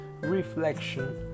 reflection